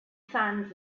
sands